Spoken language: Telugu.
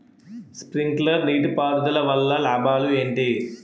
స్ప్రింక్లర్ నీటిపారుదల వల్ల లాభాలు ఏంటి?